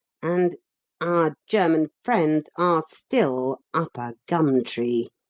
and our german friends are still up a gum-tree